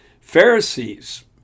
Pharisees